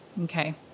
okay